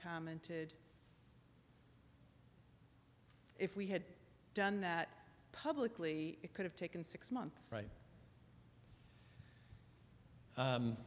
commented if we had done that publicly it could have taken six months right